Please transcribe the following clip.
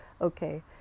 okay